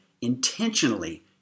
intentionally